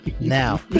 Now